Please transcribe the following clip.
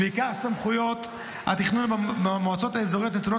ועיקר סמכויות התכנון במועצות אזוריות נתונות